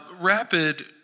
rapid